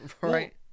Right